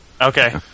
Okay